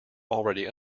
already